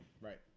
Right